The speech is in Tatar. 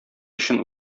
өчен